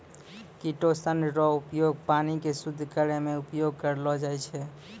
chitosan रो उपयोग पानी के शुद्ध करै मे उपयोग करलो जाय छै